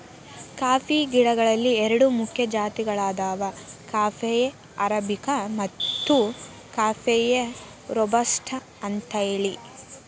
coffee ಗಿಡಗಳಲ್ಲಿ ಎರಡು ಮುಖ್ಯ ಜಾತಿಗಳದಾವ ಕಾಫೇಯ ಅರಾಬಿಕ ಮತ್ತು ಕಾಫೇಯ ರೋಬಸ್ಟ ಅಂತೇಳಿ